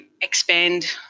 expand